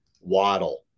Waddle